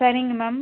சரிங்க மேம்